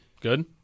Good